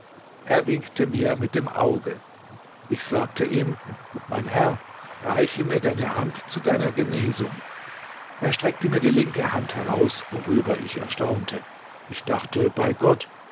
er winkte mir mit dem auge ich sagte ihm mein herr reiche mir deine hand zu deiner genesung er streckte mir die linke hand heraus worüber ich erstaunte ich dachte bei gott